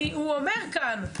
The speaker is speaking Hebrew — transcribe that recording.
הוא אומר כאן.